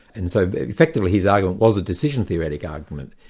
and so effectively, his argument was a decision theoretic argument.